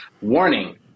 warning